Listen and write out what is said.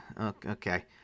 okay